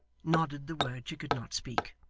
nodded the word she could not speak.